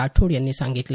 राठोड यांनी सांगितलं